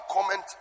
comment